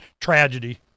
tragedy